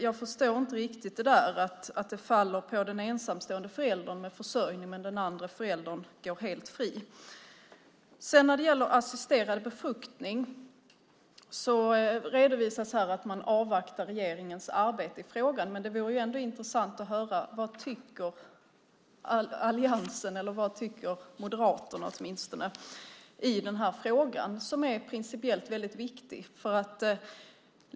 Jag förstår inte varför försörjningsansvaret ska falla på den ena föräldern medan den andra föräldern går helt fri. När det gäller assisterad befruktning redovisas här att man avvaktar regeringens arbete i frågan. Det vore ändå intressant att höra vad alliansen eller åtminstone Moderaterna tycker i den här frågan. Den är principiellt väldigt viktig.